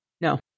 No